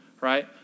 right